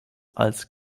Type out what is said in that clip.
als